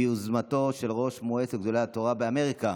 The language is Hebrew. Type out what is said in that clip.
ביוזמתו של ראש מועצת גדולי התורה באמריקה